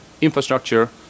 infrastructure